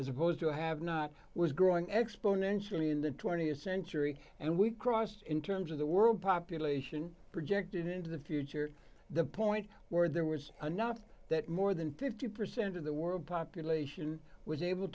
as opposed to have not was growing exponentially in the th century and we crossed in terms of the world population projected into the future the point where there was a not that more than fifty percent of the world population was able